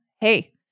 hey